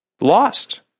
lost